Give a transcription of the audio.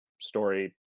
story